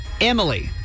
emily